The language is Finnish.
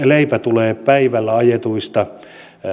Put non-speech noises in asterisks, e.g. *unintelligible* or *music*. *unintelligible* leipä tulee päivällä ajetuista